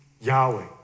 Yahweh